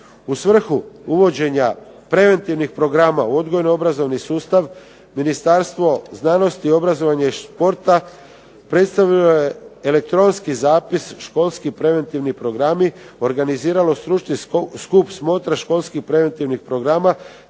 U svrhu uvođenja preventivnih programa odgojno-obrazovni sustav Ministarstvo znanosti, obrazovanja i športa predstavilo je elektronski zapis školski preventivni programi organiziralo stručni skup smotra školskih preventivnih programa,